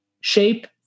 shape